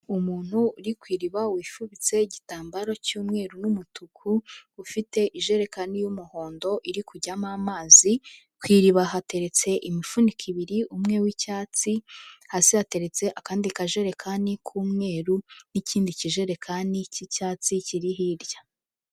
Umuntu uri ku iriba wifubitse igitambaro cy'umweru n'umutuku, ufite ijerekani y'umuhondo iri kujyamo amazi, ku iriba hateretse imifuniko ibiri umwe w'icyatsi, hasi hateretse akandi kajerekani k'umweru n'ikindi kijerekani cy'icyatsi kiri hirya.